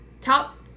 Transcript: top